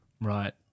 Right